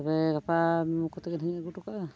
ᱛᱚᱵᱮ ᱜᱟᱯᱟᱢ ᱠᱚᱛᱮᱢᱜᱮ ᱱᱟᱜ ᱤᱧ ᱟᱜᱩᱴᱚ ᱠᱟᱜᱼᱟ